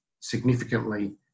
significantly